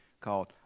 called